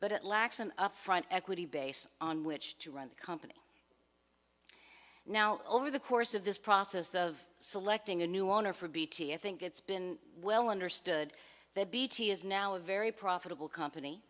but it lacks an upfront equity base on which to run the company now over the course of this process of selecting a new owner for bt i think it's been well understood that bt is now a very profitable company